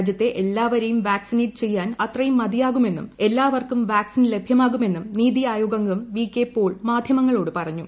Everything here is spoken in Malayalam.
രാജ്യത്തെ എല്ലാവരെയും വാക്സിനേറ്റ് ചെയ്യാൻ അത്രയും മതിയാകുമെന്നും എല്ലാവർക്കും വാക്സിൻ ലഭ്യമാകുമെന്നും നിതി ആയോഗ് അംഗം വി കെ പോൾ മാധ്യമങ്ങളോട് പറഞ്ഞു